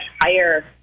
higher